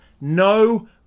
No